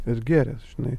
ir gėręs žinai